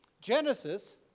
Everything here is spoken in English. Genesis